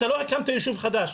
אתם לא הקמתם יישוב חדש.